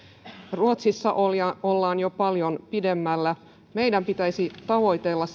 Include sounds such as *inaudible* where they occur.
ruotsissa ollaan jo paljon pidemmällä meidän pitäisi tavoitella *unintelligible*